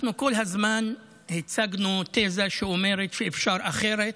אנחנו הצגנו כל הזמן תזה שאומרת שאפשר אחרת,